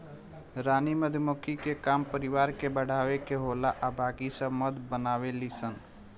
रानी मधुमक्खी के काम परिवार के बढ़ावे के होला आ बाकी सब मध बनावे ली सन